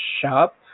shop